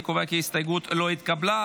אני קובע כי ההסתייגות לא התקבלה.